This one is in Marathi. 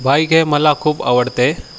बाईक हे मला खूप आवडते